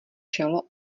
čelo